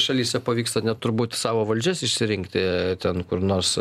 šalyse pavyksta net turbūt savo valdžias išsirinkti ten kur nors